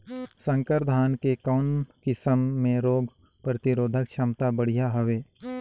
संकर धान के कौन किसम मे रोग प्रतिरोधक क्षमता बढ़िया हवे?